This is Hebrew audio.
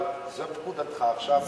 אבל זאת פקודתך עכשיו,